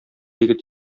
егет